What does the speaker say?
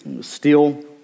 steel